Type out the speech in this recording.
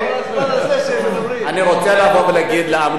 אני רוצה לבוא ולהגיד לאמנון,